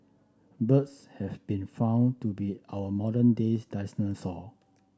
birds have been found to be our modern days dinosaur